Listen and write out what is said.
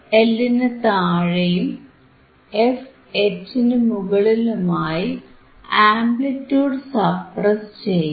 fL നു താഴെയും fH നു മുകളിലുമായി ആംപ്ലിറ്റിയൂഡ് സപ്രസ്സ് ചെയ്യും